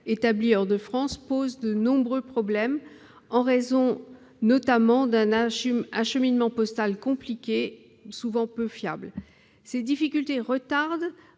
établis hors de France pose de nombreux problèmes, en raison notamment d'un acheminement postal compliqué, souvent peu fiable. Ces difficultés retardent,